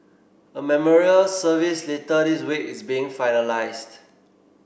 a memorial service later this week is being finalised